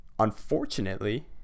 unfortunately